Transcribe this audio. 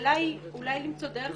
השאלה היא אולי למצוא דרך אחרת.